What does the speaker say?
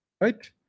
Right